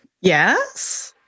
Yes